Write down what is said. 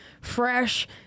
fresh